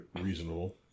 reasonable